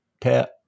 tap